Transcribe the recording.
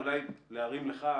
אולי להרים לך,